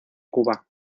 cuba